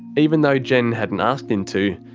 even though jen hadn't asked him to,